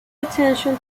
attention